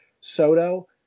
Soto